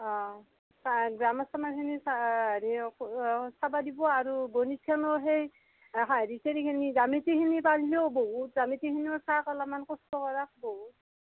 grammar চামাৰ খিনি হেৰি চাব দিব আৰু গণিত খানোত সেই হেৰি চেৰি খিনি জ্যামিতি খিনি জানলিও বহুত জ্যামিতি খিনিও চাক অলপ কষ্ট কৰক বহুত